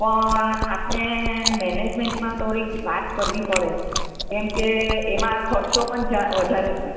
પણ આપણે મેનેજમેન્ટમાં થોડીક વાત કરવી પડે કેમકે એમાં ખર્ચો પણ જરા વધારે છે